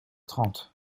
trente